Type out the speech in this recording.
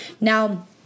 Now